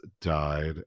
died